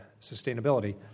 Sustainability